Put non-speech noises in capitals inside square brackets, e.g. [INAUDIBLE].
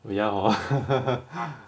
oh ya hor [LAUGHS]